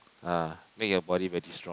ah make your body very strong